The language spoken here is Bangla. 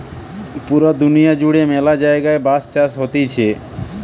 পুরা দুনিয়া জুড়ে ম্যালা জায়গায় বাঁশ চাষ হতিছে